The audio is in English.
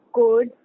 good